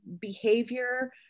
behavior